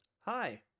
hi